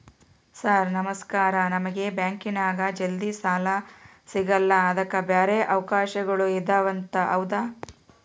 Sir ನಮಸ್ಕಾರ ನಮಗೆ ಬ್ಯಾಂಕಿನ್ಯಾಗ ಜಲ್ದಿ ಸಾಲ ಸಿಗಲ್ಲ ಅದಕ್ಕ ಬ್ಯಾರೆ ಅವಕಾಶಗಳು ಇದವಂತ ಹೌದಾ?